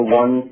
one